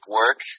work